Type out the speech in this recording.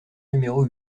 numéro